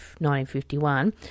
1951